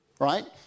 right